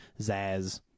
Zaz